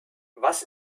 was